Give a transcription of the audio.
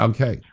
Okay